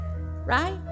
Right